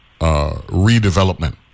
redevelopment